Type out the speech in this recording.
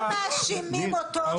לא מאשימים אותו.